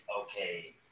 okay